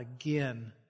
again